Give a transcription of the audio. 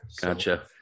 gotcha